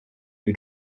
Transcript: new